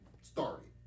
started